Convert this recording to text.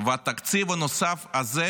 ובתקציב הנוסף הזה